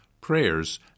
prayers